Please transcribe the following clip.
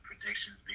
predictions